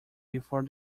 before